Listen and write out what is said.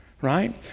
Right